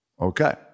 Okay